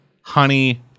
honey